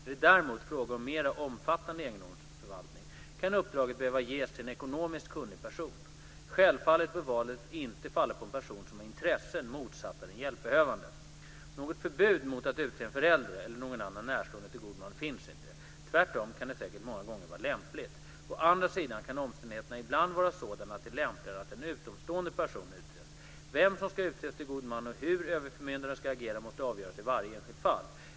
Är det däremot fråga om mer omfattande egendomsförvaltning kan uppdraget behöva ges till en ekonomiskt kunnig person. Självfallet bör valet inte falla på en person som har intressen motsatta den hjälpbehövande. Något förbud mot att utse en förälder eller någon annan närstående till god man finns inte. Tvärtom kan det säkert många gånger vara lämpligt. Å andra sidan kan omständigheterna ibland vara sådana att det är lämpligare att en utomstående person utses. Vem som ska utses till god man och hur överförmyndare ska agera måste avgöras i varje enskilt fall.